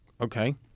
Okay